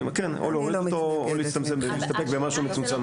או להוריד אותו או להסתפק במשהו מצומצם.